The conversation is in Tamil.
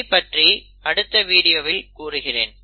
இதை பற்றி அடுத்த வீடியோவில் கூறுகிறேன்